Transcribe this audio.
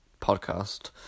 podcast